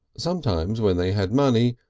sometimes, when they had money,